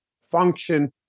function